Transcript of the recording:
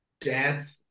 death